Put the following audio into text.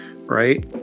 Right